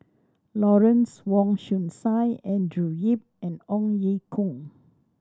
Lawrence Wong Shyun Tsai Andrew Yip and Ong Ye Kung